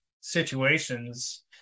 situations